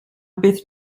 beth